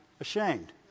Ashamed